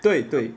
对对